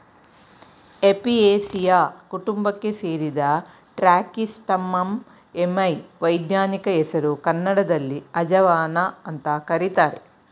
Apiaceae ಕುಟುಂಬಕ್ಕೆ ಸೇರಿದ Trachyspermum ammi ವೈಜ್ಞಾನಿಕ ಹೆಸರು ಕನ್ನಡದಲ್ಲಿ ಅಜವಾನ ಅಂತ ಕರೀತಾರೆ